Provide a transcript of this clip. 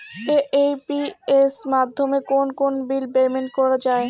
AEPS মাধ্যমে কোন কোন বিল পেমেন্ট করা যায়?